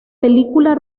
película